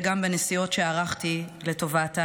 וגם בנסיעות שערכתי לטובת הנושא.